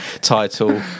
title